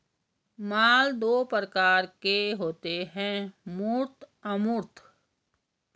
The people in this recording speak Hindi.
माल दो प्रकार के होते है मूर्त अमूर्त